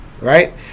right